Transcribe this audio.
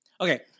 Okay